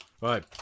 Right